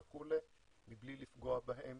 בלי לפגוע בהם